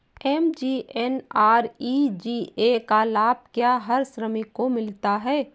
MGNREGA का लाभ क्या हर श्रमिक को मिलता है?